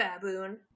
baboon